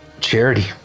Charity